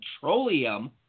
Petroleum